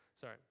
Sorry